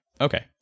okay